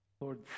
Lord